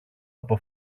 από